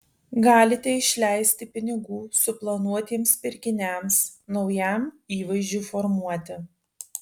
galite išleisti pinigų suplanuotiems pirkiniams naujam įvaizdžiui formuoti